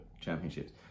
Championships